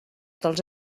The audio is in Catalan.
dels